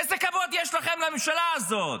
איזה כבוד יש לכם, לממשלה הזאת?